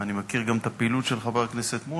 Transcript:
אני מכיר גם את הפעילות של חבר מולה,